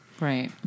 Right